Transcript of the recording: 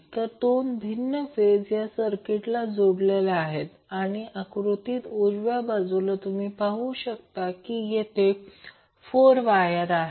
तर 2 भिन्न फेज या सर्किटला जोडलेले आहेत आणि आकृतीत उजव्या बाजूला तुम्ही पाहू शकता की येथे 4 वायर आहेत